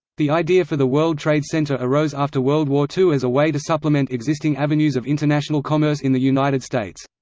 the idea for the world trade center arose after world war ii as a way to supplement existing avenues of international commerce in the united states.